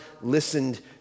listened